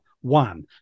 one